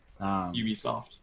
Ubisoft